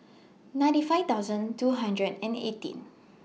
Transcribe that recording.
ninety five thousand two hundred and eighteen